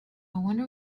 wonder